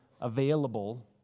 available